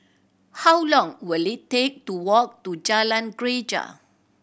how long will it take to walk to Jalan Greja